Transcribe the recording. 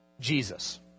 Jesus